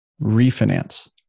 refinance